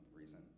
reason